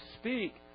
speak